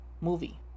movie